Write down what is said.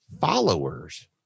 followers